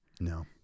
No